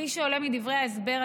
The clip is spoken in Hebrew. כפי שעולה מדברי ההסבר,